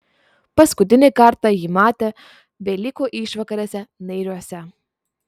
paskutinį kartą jį matė velykų išvakarėse nairiuose